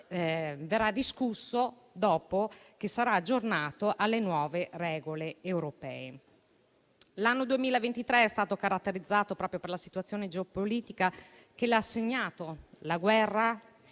verrà discusso dopo che sarà stato aggiornato alle nuove regole europee. L'anno 2023 è stato caratterizzato dalla situazione geopolitica che l'ha segnato. La guerra